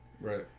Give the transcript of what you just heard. Right